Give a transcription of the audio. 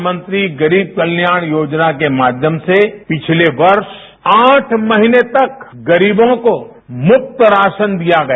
प्रधानमंत्री गरीब कल्याण योजना के माध्यम से पिछले वर्ष आठ महीने तक गरीबों को मुफ्त राशन दिया गया